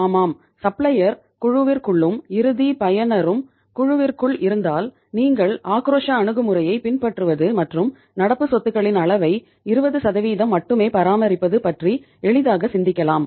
ஆமாம் சப்ளையர் குழுவிற்குள்ளும் இறுதி பயனரும் குழுவிற்குள் இருந்தால் நீங்கள் ஆக்ரோஷ அணுகுமுறையை பின்பற்றுவது மற்றும் நடப்பு சொத்துகளின் அளவை 20 மட்டுமே பராமரிப்பது பற்றி எளிதாக சிந்திக்கலாம்